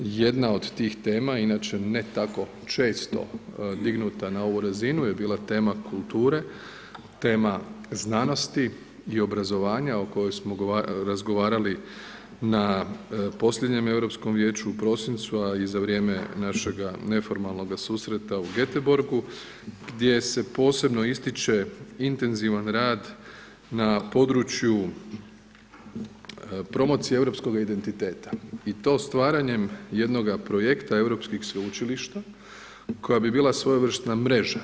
Jedna od tih tema inače ne tako često dignuta na ovu razinu je bila tema kulture, tema znanosti i obrazovanja o kojoj smo razgovarali na posljednjem Europskom vijeću u prosincu, a i za vrijeme našega neformalnoga susreta u Goteborgu gdje se posebno ističe intenzivan rad na području promocije europskoga identiteta i to stvaranjem jednoga projekta europskih sveučilišta koja bi bila svojevrsna mreža.